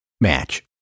match